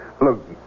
Look